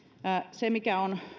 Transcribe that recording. se mikä on